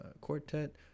quartet